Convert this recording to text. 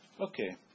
Okay